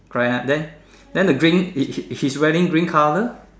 correct ah right then then the green he's he's wearing green colour